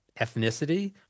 ethnicity